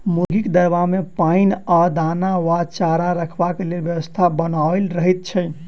मुर्गीक दरबा मे पाइन आ दाना वा चारा रखबाक लेल व्यवस्था बनाओल रहैत छै